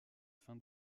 fin